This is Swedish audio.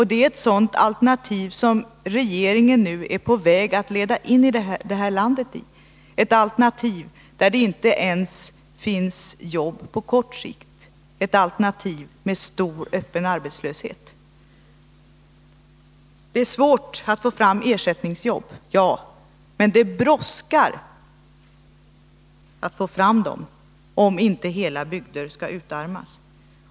Det är ett sådant alternativ som regeringen nu är på väg att leda in det här landet i — ett alternativ där det inte ens finns jobb på kort sikt och ett alternativ med stor öppen arbetslöshet. Det är svårt att få fram ersättningsjobb, men det brådskar med att få fram dem, om inte hela bygder skall utarmas.